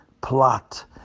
plot